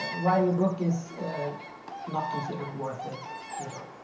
ah write a book is not considered worth it either.